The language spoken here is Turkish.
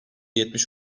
yetmiş